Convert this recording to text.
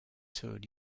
toured